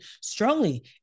strongly